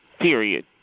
Period